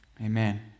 amen